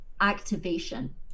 activation